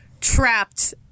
trapped